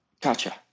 gotcha